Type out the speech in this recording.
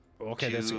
okay